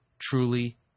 truly